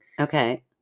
Okay